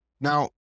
Now